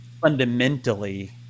fundamentally